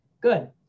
Good